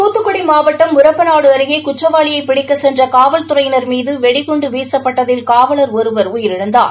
துத்துக்குடி மாவட்டம் முறப்பளாடு அருகே குற்றவாளியைப் பிடிக்கச் சென்ற காவல்துறையினர் மீது வெடிகுண்டு வீசப்பட்டதில் காவலர் ஒருவர் உயிரிழந்தார்